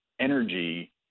energy